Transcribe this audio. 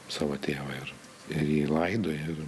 savo tėvą ir ir jį laidoji ir